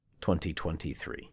2023